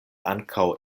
ankaŭ